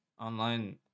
online